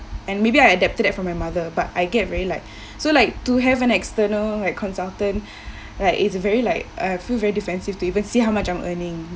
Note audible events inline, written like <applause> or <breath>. and maybe I adapted that from my mother but I get really like <breath> so like to have an external like consultant like is a very like I feel very defensive to even see how much I'm earning